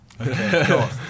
Okay